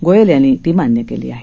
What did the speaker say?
गोयल यांनी ती मान्य केली आहे